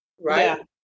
right